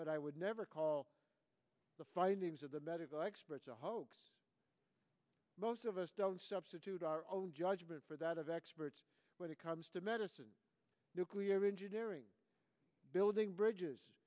but i would never call the findings of the medical experts a hoax most of us don't substitute our own judgment for that of experts when it comes to medicine nuclear engineering building bridges